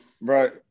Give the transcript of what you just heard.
right